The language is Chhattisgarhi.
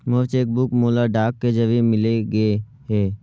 मोर चेक बुक मोला डाक के जरिए मिलगे हे